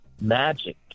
magic